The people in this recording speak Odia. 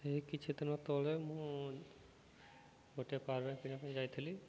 ଏଇ କିଛିଦିନ ତଳେ ମୁଁ ଗୋଟେ ପାୱାର୍ ବ୍ୟାଙ୍କ କିିଣିବା ପାଇଁ ଯାଇଥିଲି